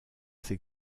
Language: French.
ses